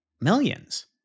millions